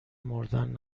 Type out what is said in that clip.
مردن